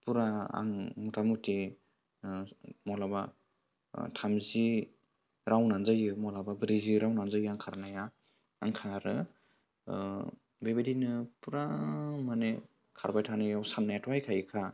फुरा आं मथा मथि माब्लाबा थामजि राउन्दआनो जायो माब्लाबा ब्रैजि राउन्दआनो जायो आं खारनाया आं खारो बेबायदिनो फुरा माने खारबाय थानायाव साननायाथ' फैखायोखा